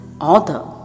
author